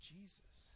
Jesus